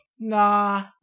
Nah